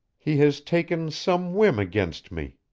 he has taken some whim against me.